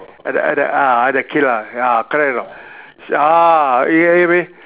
at the at the ah at the kid ah ya correct or not ah you get what I mean